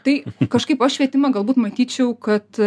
tai kažkaip o švietimą galbūt matyčiau kad